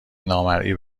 نامرئی